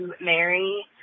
marry